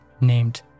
named